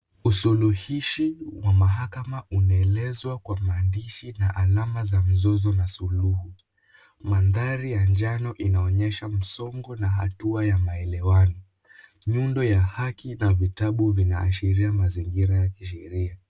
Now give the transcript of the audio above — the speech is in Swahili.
Usuluhishi wa mahakama unaelezwa Kwa maandishi na alama za mzozo na suluhu, manthari ya njano inaonyesha msongo na hatua ya maelewano, nyundo ya haki na vitabu vinaashiria mazingira ya kisheria.